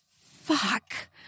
fuck